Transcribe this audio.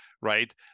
right